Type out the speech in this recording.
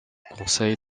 conseil